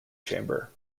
chamber